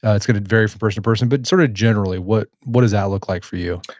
it's going to vary from person to person, but sort of generally, what what does that look like for you?